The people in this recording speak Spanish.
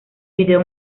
video